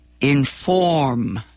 inform